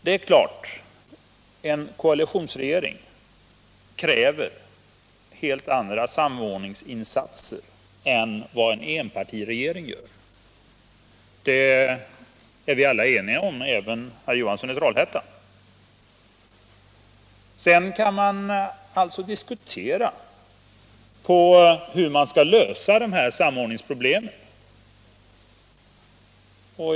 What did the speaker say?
Det är klart att en koalitionsregering kräver helt andra samordningsinsatser än vad en enpartiregering gör. Det är vi alla eniga om — även herr Johansson i Trollhättan anser det. Sedan kan man diskutera hur samordningsproblemen skall lösas.